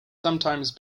sometimes